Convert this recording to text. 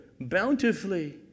Bountifully